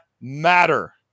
matter